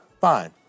fine